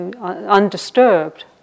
undisturbed